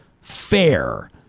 fair